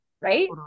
right